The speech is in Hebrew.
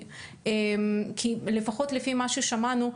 כי לפחות לפי מה ששמענו,